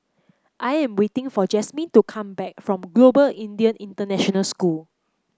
I am waiting for Jazmin to come back from Global Indian International School